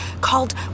called